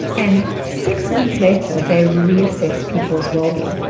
and six months later, they reassess people's wellbeing.